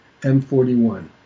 m41